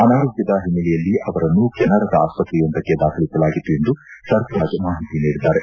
ಅನಾರೋಗ್ಲದ ಹಿನ್ನೆಲೆಯಲ್ಲಿ ಅವರನ್ನು ಕೆನಡಾದ ಅಸ್ಪತ್ರೆಯೊಂದಕ್ಕೆ ದಾಖಲಿಸಲಾಗಿತ್ತು ಎಂದು ಸರ್ಫರಾಜ್ ಮಾಹಿತಿ ನೀಡಿದ್ದಾರೆ